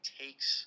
takes